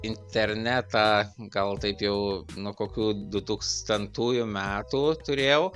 internetą gal taip jau nuo kokių dutūkstantųjų metų turėjau